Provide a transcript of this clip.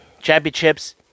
championships